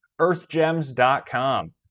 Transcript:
EarthGems.com